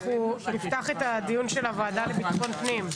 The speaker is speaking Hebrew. אנחנו נפתח את הדיון של הוועדה לביטחון הפנים.